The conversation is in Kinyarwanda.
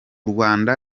rwanda